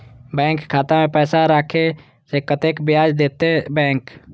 Bank खाता में पैसा राखे से कतेक ब्याज देते बैंक?